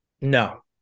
No